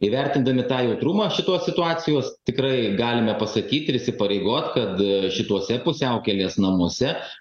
įvertindami tą jautrumą šitos situacijos tikrai galime pasakyti ir įsipareigoti kad šituose pusiaukelės namuose